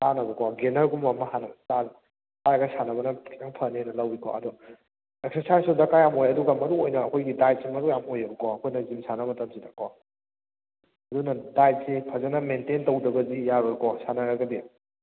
ꯆꯥꯅꯕꯀꯣ ꯒꯦꯟꯅꯔꯒꯨꯝꯕ ꯑꯃ ꯍꯥꯟꯅ ꯆꯥꯔꯒ ꯆꯥꯔꯒ ꯁꯥꯟꯅꯕꯅ ꯍꯦꯟꯅ ꯈꯤꯇꯪ ꯐꯥꯅꯤꯅ ꯂꯧꯋꯤꯀꯣ ꯑꯗꯣ ꯑꯦꯛꯁꯔꯁꯥꯏꯁꯁꯨ ꯗꯔꯀꯥꯥꯥꯥꯥꯥꯥꯥꯥꯥꯔ ꯌꯥꯝꯅ ꯑꯣꯏ ꯑꯗꯨꯒ ꯃꯔꯨ ꯑꯣꯏꯅ ꯑꯈꯣꯏꯒꯤ ꯗꯥꯏꯠꯁꯦ ꯃꯔꯨ ꯌꯥꯝ ꯑꯣꯏꯌꯦꯕꯀꯣ ꯑꯈꯣꯏꯅ ꯖꯤꯝ ꯁꯥꯟꯅꯕ ꯃꯇꯝꯁꯤꯗꯀꯣ ꯑꯗꯨꯅ ꯗꯥꯌꯏꯠꯁꯦ ꯐꯖꯅ ꯃꯦꯟꯇꯦꯟ ꯇꯧꯗ꯭ꯔꯒꯗꯤ ꯌꯥꯔꯣꯏꯀꯣ ꯁꯥꯟꯅꯔꯒꯗꯤ